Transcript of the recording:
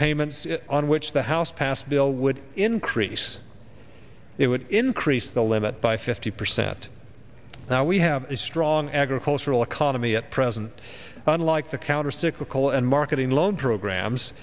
payments on which the house passed bill would increase it would increase the limit by fifty percent now we have a strong agricultural economy at present unlike the countercyclical and marketing loan programs